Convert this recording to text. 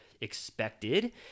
expected